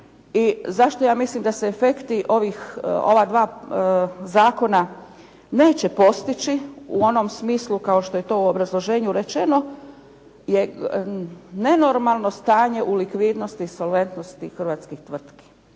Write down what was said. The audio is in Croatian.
zašto ja mislim da se efekti ovih, ova dva zakona neće postići u onom smislu kao što je to u obrazloženju rečeno, je nenormalno stanje u likvidnosti i solventnosti hrvatskih tvrtki.